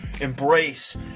embrace